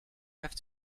have